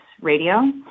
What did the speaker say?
Radio